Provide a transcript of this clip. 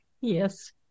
Yes